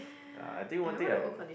ya I think one thing I